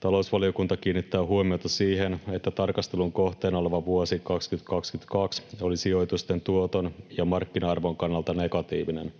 Talousvaliokunta kiinnittää huomiota siihen, että tarkastelun kohteena oleva vuosi 2022 oli sijoitusten tuoton ja markkina-arvon kannalta negatiivinen.